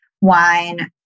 Wine